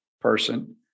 person